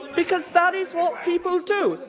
because that is what people do.